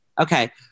Okay